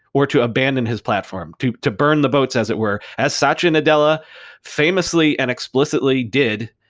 or to abandon his platform, to to burn the boats as it were, as sachin adela famously and explicitly did.